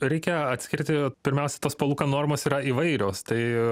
reikia atskirti pirmiausia tos palūkanų normos yra įvairios tai